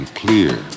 Clear